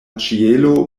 ĉielo